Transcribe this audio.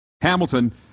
Hamilton